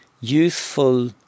Youthful